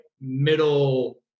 middle